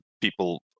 People